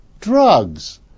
drugs